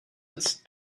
its